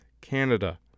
Canada